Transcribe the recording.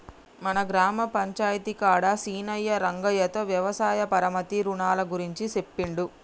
మన గ్రామ పంచాయితీ కాడ సీనయ్యా రంగయ్యతో వ్యవసాయ పరపతి రునాల గురించి సెప్పిండు